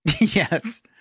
Yes